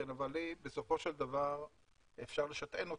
כן, אבל בסופו של דבר אפשר לשטען אותה,